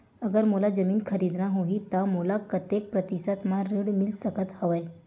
अगर मोला जमीन खरीदना होही त मोला कतेक प्रतिशत म ऋण मिल सकत हवय?